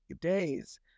days